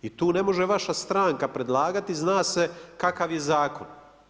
I tu ne može vaša stranka predlagati, zna se kakav je zakon.